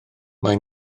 mae